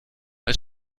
als